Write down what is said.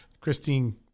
Christine